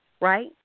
right